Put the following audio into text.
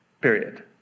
period